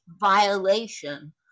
violation